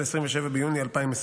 27 ביוני 2023,